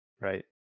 Right